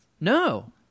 No